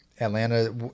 Atlanta